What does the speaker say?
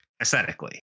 Aesthetically